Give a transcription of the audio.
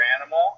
animal